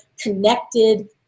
connected